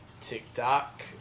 tiktok